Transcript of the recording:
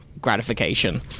gratification